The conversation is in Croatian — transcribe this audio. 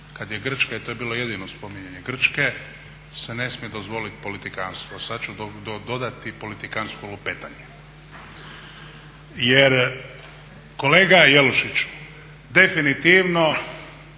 kad je Grčka, i to je bilo jedino spominjanje Grčke, se ne smije dozvoliti politikantstvo. A sad ću dodati politikantsko lupetanje jer kolega Jelušić definitivno